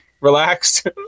relaxed